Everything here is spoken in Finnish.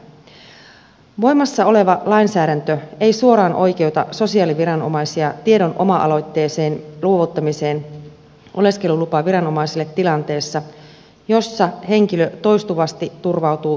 voimassa oleva lainsäädäntö ei suoraan oikeuta sosiaaliviranomaisia tiedon oma aloitteiseen luovuttamiseen oleskelulupaviranomaisille tilanteessa jossa henkilö toistuvasti turvautuu toimeentulotukeen